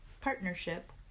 partnership